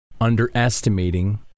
underestimating